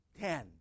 ten